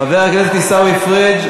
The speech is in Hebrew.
חבר הכנסת עיסאווי פריג',